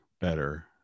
better